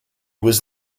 was